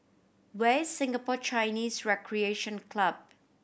where is Singapore Chinese Recreation Club